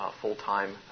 full-time